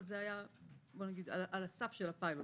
אבל זה היה על הסף של הפיילוט,